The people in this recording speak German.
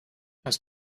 hast